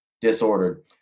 disordered